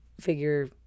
figure